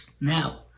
Now